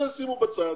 זה ישימו בצד,